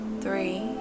three